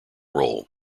role